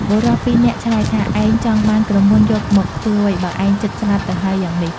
បុរសពីរនាក់ឆ្លើយថា "ឯងចង់បានក្រមួនយកមកធ្វើអ្វី! បើឯងជិតស្លាប់ទៅហើយយ៉ាងនេះ"។